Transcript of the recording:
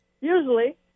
Usually